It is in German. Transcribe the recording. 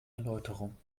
erläuterung